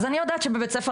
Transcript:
אז אני יודעת שבבית ספר